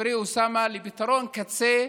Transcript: חברי אוסאמה, לפתרון קצה,